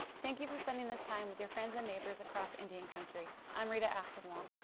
thank you for spending this time with your friends and neighbors across indian country. i'm rita aspinwall.